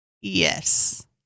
Yes